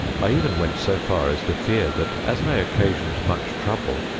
i even went so far as to fear that, as i occasioned much trouble,